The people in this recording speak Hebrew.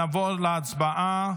נעבור להצבעה